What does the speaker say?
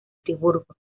friburgo